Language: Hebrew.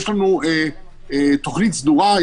יש לנו תוכנית סדורה,